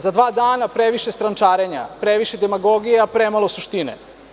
Za dva dana previše strančarenja, previše demagogije, a premalo suštine.